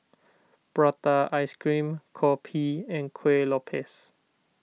Prata Ice Cream Kopi and Kuih Lopes